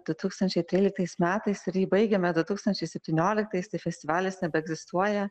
du tūkstančiai tryliktais metais ir jį baigėme du tūkstančiai septynioliktais tai festivalis nebeegzistuoja